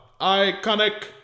Iconic